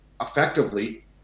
effectively